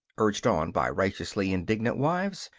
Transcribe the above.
urged on by righteously indignant wives,